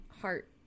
heart